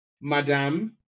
Madam